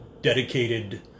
dedicated